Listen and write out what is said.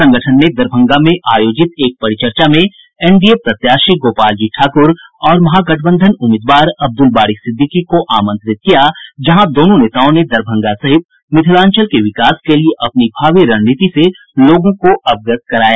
संगठन ने दरभंगा में आयोजित एक परिचर्चा में एनडीए प्रत्याशी गोपाल जी ठाकुर और महागठबंधन उम्मीदवार अब्दुल बारी सिद्दिकी को आमंत्रित किया जहां दोनों नेताओं ने दरभंगा सहित मिथिलांचल के विकास के लिए अपनी भावी रणनीति से लोगों को अवगत कराया